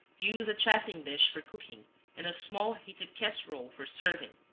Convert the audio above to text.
use a chafing dish for cooking and a small heated casserole for serving.